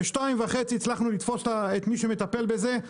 ב- 14:30 הצלחנו לתפוס את מי שמטפל בזה,